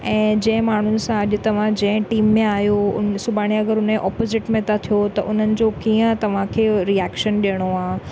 ऐं जंहिं माण्हुनि सां अॼु तव्हां जंहिं टीम में आहियो उन सुभाणे अगरि उन जे अपोज़िट में था थियो त उन्हनि जो कीअं तव्हांखे रिएक्शन ॾियणो आहे